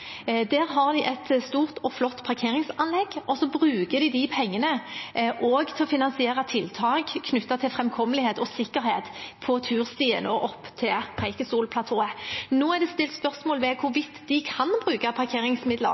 Der har de et stort og flott parkeringsanlegg, og så bruker de de pengene til også å finansiere tiltak knyttet til framkommelighet og sikkerhet på turstien opp til Preikestol-platået. Nå er det stilt spørsmål ved hvorvidt de kan bruke parkeringsmidler